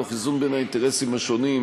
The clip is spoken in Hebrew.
תוך איזון האינטרסים השונים,